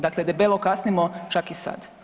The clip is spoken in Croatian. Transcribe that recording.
Dakle, debelo kasnimo čak i sada.